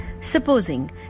Supposing